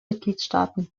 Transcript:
mitgliedsstaaten